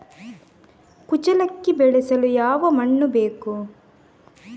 ಕುಚ್ಚಲಕ್ಕಿ ಬೆಳೆಸಲು ಯಾವ ಮಣ್ಣು ಬೇಕು?